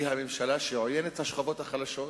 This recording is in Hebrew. היא הממשלה שעוינת את השכבות החלשות,